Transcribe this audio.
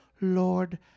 Lord